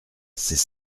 c’est